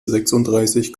sechsunddreißig